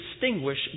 distinguish